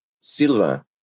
Silva